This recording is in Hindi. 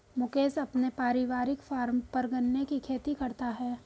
मुकेश अपने पारिवारिक फॉर्म पर गन्ने की खेती करता है